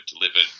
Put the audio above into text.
delivered